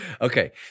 okay